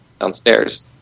downstairs